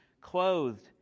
clothed